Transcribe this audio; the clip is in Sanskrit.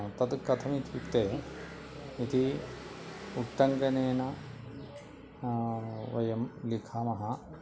तद् कथम् इत्युक्ते यदि उट्टङ्कनेन वयं लिखामः